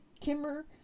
Kimmer